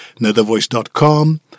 nethervoice.com